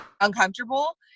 uncomfortable